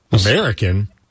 American